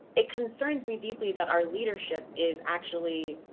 it concerns me deeply that our leadership is actually,